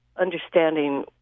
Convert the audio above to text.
understanding